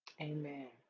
Amen